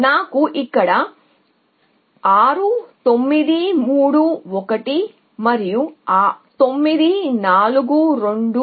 కాబట్టి నాకు ఇక్కడ 6 9 3 1 మరియు 9 4 2 5